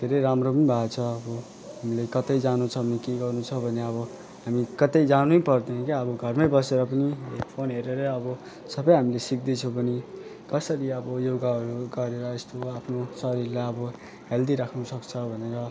धेरै राम्रो पनि भएको छ अब हामीले कतै जानु छ भने केही गर्नु छ भने अब हामी कतै जानै पर्दैन के अब घरमै बसेर पनि फोन हेरेरै अब सबै हामीले सिक्दैछौँ पनि कसरी अब योगाहरू गरेर यस्तो आफ्नो शरीरलाई अब हेल्दी राख्नु सक्छ भनेर